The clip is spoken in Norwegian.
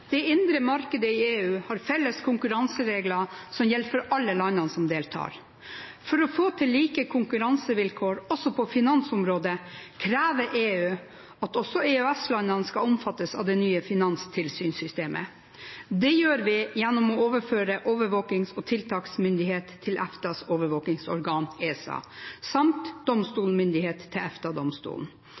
Det indre markedet i EU har felles konkurranseregler som gjelder for alle landene som deltar. For å få til like konkurransevilkår også på finansområdet krever EU at også EØS-landene skal omfattes av det nye finanstilsynssystemet. Det gjør vi gjennom å overføre overvåkings- og tiltaksmyndighet til EFTAs overvåkingsorgan, ESA, samt domstolsmyndighet til